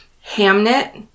Hamnet